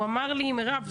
הוא אמר לי: מירב,